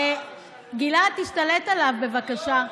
גלעד, תשתלט עליו בבקשה.